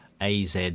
az